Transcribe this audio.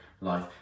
life